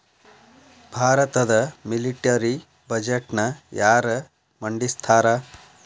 ಭಾರತದ ಮಿಲಿಟರಿ ಬಜೆಟ್ನ ಯಾರ ಮಂಡಿಸ್ತಾರಾ